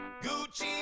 Gucci